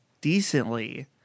decently